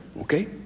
okay